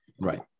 Right